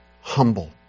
humble